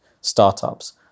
startups